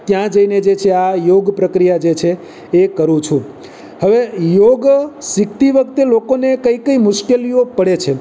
ત્યાં જઈને જે છે આ યોગ પ્રક્રિયા જે છે એ કરું છું હવે યોગ શીખતી વખતે લોકોને કઈ કઈ મુશ્કેલીઓ પડે છે